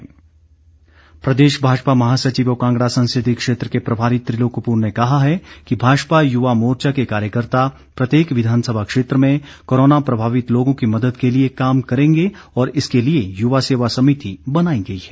त्रिलोक कपूर प्रदेश भाजपा महासचिव व कांगड़ा संसदीय क्षेत्र के प्रभारी त्रिलोक कपूर ने कहा है कि भाजपा युवा मोर्चा के कार्यकर्ता प्रत्येक विधानसभा क्षेत्र में कोरोना प्रभावित लोगों की मदद के लिए काम करेंगे और इसके लिए युवा सेवा समिति बनाई गई है